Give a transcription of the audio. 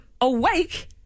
awake